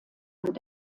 und